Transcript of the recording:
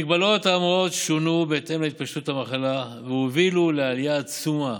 המגבלות האמורות שונו בהתאם להתפשטות המחלה והובילו לעלייה עצומה,